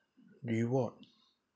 rewards